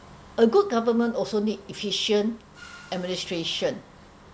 a good government also needs efficient administration